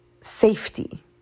safety